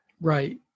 right